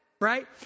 right